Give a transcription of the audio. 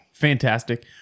fantastic